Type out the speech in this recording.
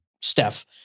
Steph